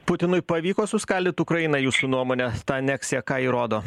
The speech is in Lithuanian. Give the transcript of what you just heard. putinui pavyko suskaldyt ukrainą jūsų nuomone ta aneksija ką įrodo